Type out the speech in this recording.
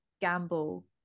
gamble